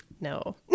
No